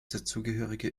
dazugehörige